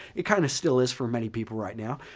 it kind of still is for many people right now,